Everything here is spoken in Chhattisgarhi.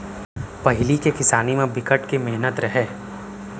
पहिली के किसानी म बिकट के मेहनत रहय